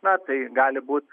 na tai gali būt